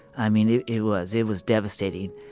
i mean it it was. it was devastating,